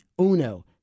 uno